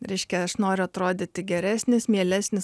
reiškia aš noriu atrodyti geresnis mielesnis